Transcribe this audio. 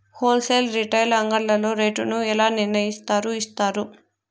Whole sale retail అంగడ్లలో rate ను ఎలా నిర్ణయిస్తారు యిస్తారు?